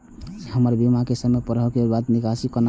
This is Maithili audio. हमर बीमा के समय पुरा होय के बाद निकासी कोना हेतै?